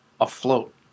afloat